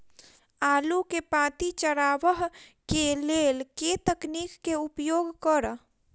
आलु केँ पांति चरावह केँ लेल केँ तकनीक केँ उपयोग करऽ?